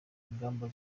ingamba